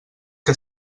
que